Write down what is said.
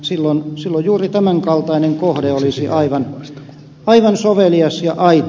silloin juuri tämän kaltainen kohde olisi aivan sovelias ja aito